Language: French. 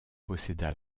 posséda